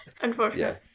unfortunately